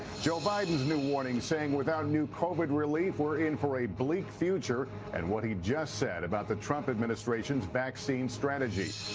joe biden's new warning saying without new covid relief we are in for a bleak future and what he just said about the trump administration's vaccine strategy.